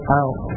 out